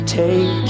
take